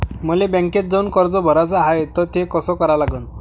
मले बँकेत जाऊन कर्ज भराच हाय त ते कस करा लागन?